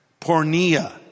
Pornia